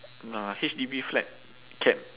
nah H_D_B flat kept